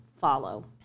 follow